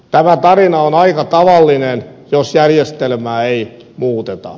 tämä tarina on aika tavallinen jos järjestelmää ei muuteta